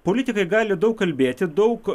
politikai gali daug kalbėti daug